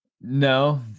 No